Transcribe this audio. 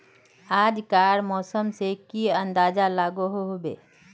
आज कार मौसम से की अंदाज लागोहो होबे?